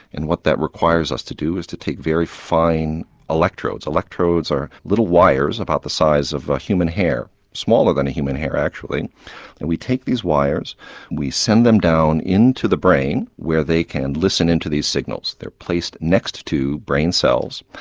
and what that requires us to do is take very fine electrodes electrodes are little wires about the size of a human hair, smaller than a human hair actually and we take these wires and we send them down into the brain where they can listen in to these signals. they are placed next to brain cells.